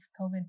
covid